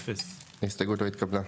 0 ההסתייגות לא התקבלה.